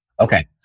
Okay